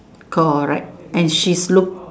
correct and she's look